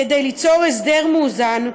כדי ליצור הסדר מאוזן,